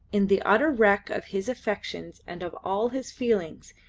in the utter wreck of his affections and of all his feelings,